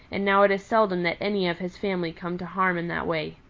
and now it is seldom that any of his family come to harm in that way.